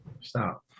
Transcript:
stop